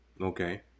Okay